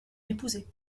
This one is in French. m’épouser